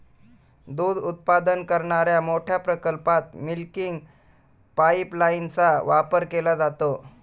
दूध उत्पादन करणाऱ्या मोठ्या प्रकल्पात मिल्किंग पाइपलाइनचा वापर केला जातो